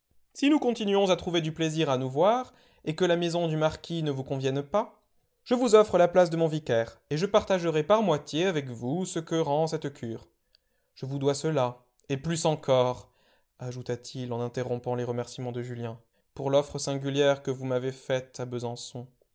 si nous continuons à trouver du plaisir à nous voir et que la maison du marquis ne vous convienne pas je vous offre la place de mon vicaire et je partagerai par moitié avec vous ce que rend cette cure je vous dois cela et plus encore ajouta-t-il en interrompant les remerciements de julien pour l'offre singulière que vous m'avez faite à besançon